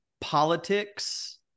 politics